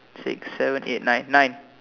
six seven eight nine nine